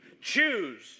choose